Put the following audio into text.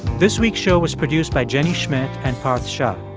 this week's show was produced by jenny schmidt and parth shah.